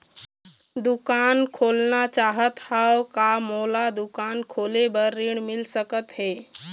दुकान खोलना चाहत हाव, का मोला दुकान खोले बर ऋण मिल सकत हे?